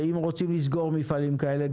ואם רוצים לסגור מפעלים כאלה,